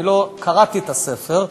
קראתי את הספר,